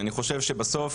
כי אני חושב שבסוף